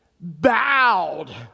bowed